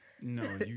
No